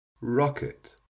rocket